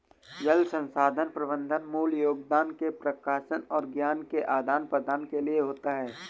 जल संसाधन प्रबंधन मूल योगदान के प्रकाशन और ज्ञान के आदान प्रदान के लिए होता है